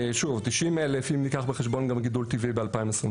שוב, 90,000 אם ניקח בחשבון גם גידול טבעי ב-2024,